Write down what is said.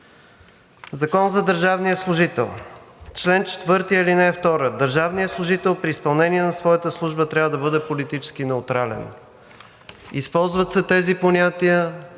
Закон за държавния служител – чл. 4, ал. 2: „Държавният служител при изпълнение на своята служба трябва да бъде политически неутрален.“ Използват се тези понятия,